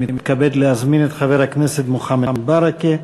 אני מתכבד להזמין את חבר הכנסת מוחמד ברכה,